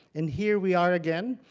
and here we are again.